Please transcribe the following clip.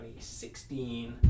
2016